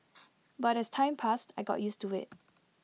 but as time passed I got used to IT